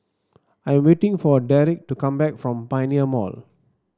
I am waiting for Derrick to come back from Pioneer Mall